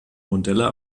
modelle